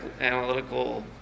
analytical